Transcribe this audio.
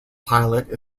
pilot